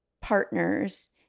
partners